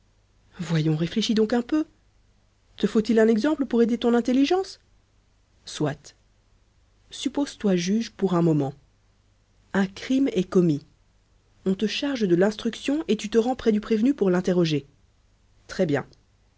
voyons réfléchis donc un peu te faut-il un exemple pour aider ton intelligence soit suppose toi juge pour un moment un crime est commis on te charge de l'instruction et tu te rends près du prévenu pour l'interroger très bien